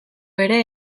ere